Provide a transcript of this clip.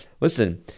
listen